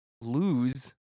lose